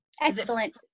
Excellent